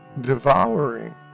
devouring